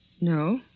No